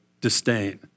disdain